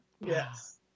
Yes